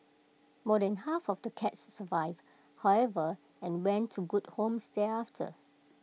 more than half of the cats survived however and went to good homes thereafter